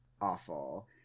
awful